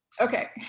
Okay